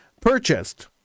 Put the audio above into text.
purchased